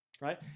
Right